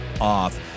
off